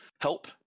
help